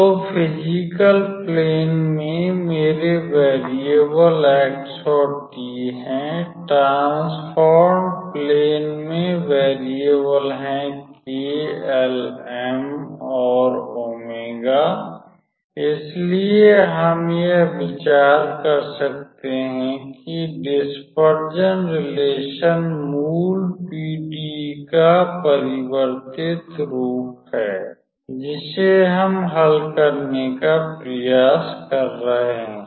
तो physical plane में मेरे वेरियेवल x और t हैं ट्रांसफॉर्म्ड प्लेन में वेरियेवल हैं k l m और ω इसलिए हम यह विचार कर सकते हैं कि डिस्पर्जन रिलेशन मूल PDE का परिवर्तित रूप है जिसे हम हल करने का प्रयास कर रहे हैं